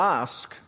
ask